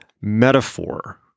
metaphor